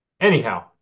Anyhow